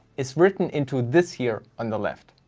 is written into this here on the left.